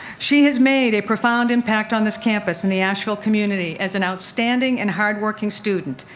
she has made a profound impact on this campus and the asheville community as an outstanding and hard-working student,